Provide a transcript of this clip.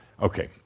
Okay